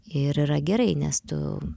ir yra gerai nes tu